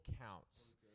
counts